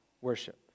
worship